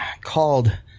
called